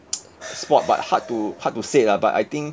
spot but hard to hard to say lah but I think